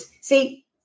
See